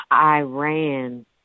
Iran